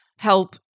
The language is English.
help